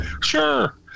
Sure